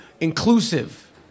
inclusive